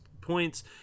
points